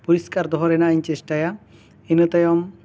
ᱯᱚᱨᱤᱥᱠᱟᱨ ᱫᱚᱦᱚ ᱨᱮᱱᱟᱜ ᱤᱧ ᱪᱮᱥᱴᱷᱟᱭᱟ ᱤᱱᱟᱹᱛᱟᱭᱚᱢ